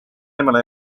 eemale